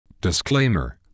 Disclaimer